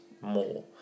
more